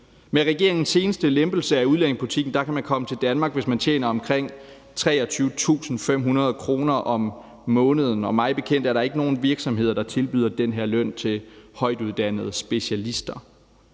Med regeringens seneste lempelse af udlændingepolitikken kan man komme til Danmark, hvis man tjener omkring 23.500 kr. om måneden, og mig bekendt er der ikke nogen virksomheder, der tilbyder den her løn til højtuddannede specialister.